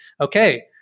okay